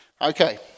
Okay